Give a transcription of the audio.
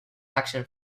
action